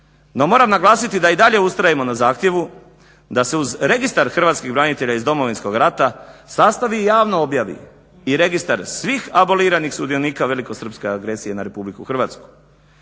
No moram naglasiti da i dalje ustrajemo na zahtjevu da se uz Registar hrvatskih branitelja iz Domovinskog rata sastavi i javno objavi i registar svih aboliranih sudionika velikosrpske agresije na RH kao i registar